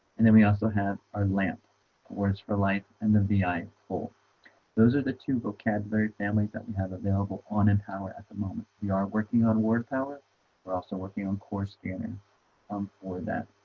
and then we also have our lamp words for life and the vi in full those are the two vocabulary families that we have available on empower at the moment. we are working on word palette we're but also working on core scanning um for that